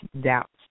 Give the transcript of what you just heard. doubts